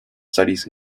studies